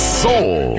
soul